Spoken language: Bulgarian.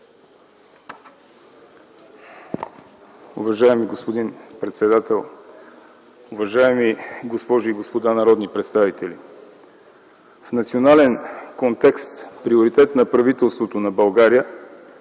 Уважаеми господин председател, уважаеми госпожи и господа народни представители! В национален контекст приоритет на правителството на България